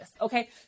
okay